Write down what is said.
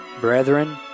brethren